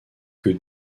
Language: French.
que